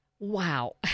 Wow